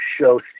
show